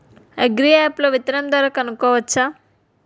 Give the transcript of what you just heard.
Agri app లో విత్తనం ధర కనుకోవచ్చా?